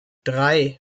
drei